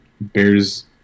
bears